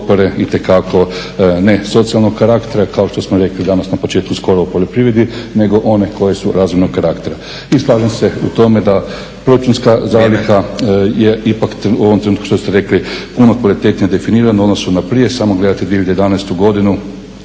potpore itekako ne socijalnog karaktera kao što smo rekli danas na početku … o poljoprivredi, nego one koje su razumnog karaktera. I slažem se u tome da proračunska zaliha je ipak u ovom trenutku što ste rekli puno kvalitetnije definirana u odnosu na prije, samo gledati 2011. godinu